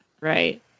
Right